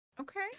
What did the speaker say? Okay